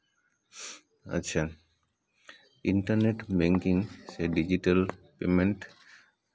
ᱟᱪᱪᱷᱟ internet banking ᱥᱮ digital payment